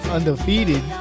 Undefeated